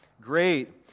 great